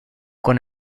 con